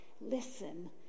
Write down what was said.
listen